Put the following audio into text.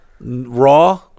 raw